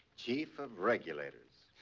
chief of regulators.